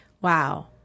Wow